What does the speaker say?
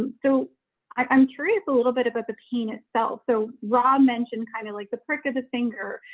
um so i'm curious a little bit about the pain itself. so ra mentioned kind of like the prick of the finger.